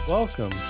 Welcome